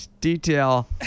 detail